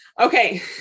okay